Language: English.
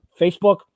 Facebook